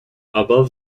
above